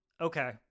okay